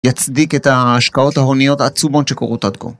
יצדיק את ההשקעות ההוניות העצומות שקורות עד כה